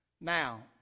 Now